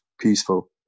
peaceful